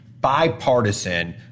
bipartisan